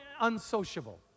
unsociable